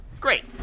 Great